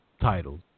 titles